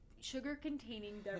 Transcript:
Sugar-containing